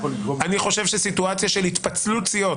אני חושב שסיטואציה של התפצלות סיעות,